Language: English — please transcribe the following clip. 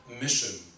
mission